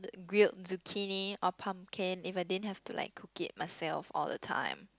grilled zucchini or pumpkin if I didn't have to like cook it myself all the time